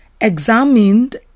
examined